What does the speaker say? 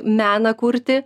meną kurti